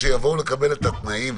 שכשיבואו לקבל את התנאים,